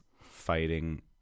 fighting